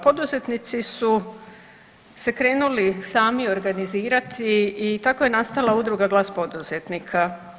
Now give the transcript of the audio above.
Poduzetnici su se krenuli sami organizirati i tako je nastala Udruga glas poduzetnika.